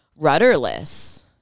rudderless